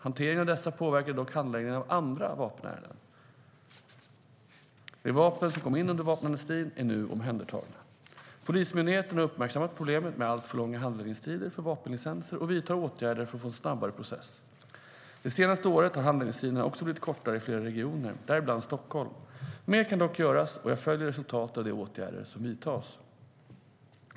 Hanteringen av dessa påverkade dock handläggningen av andra vapenärenden. De vapen som kom in under vapenamnestin är nu omhändertagna. Polismyndigheten har uppmärksammat problemet med alltför långa handläggningstider för vapenlicenser och vidtar åtgärder för att få en snabbare process. Det senaste året har handläggningstiderna också blivit kortare i flera regioner, däribland i Stockholm. Mer kan dock göras, och jag följer resultatet av de åtgärder som vidtas.